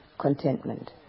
contentment